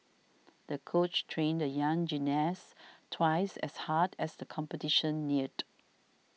the coach trained the young gymnast twice as hard as the competition neared